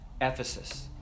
Ephesus